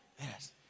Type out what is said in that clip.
Yes